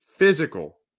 Physical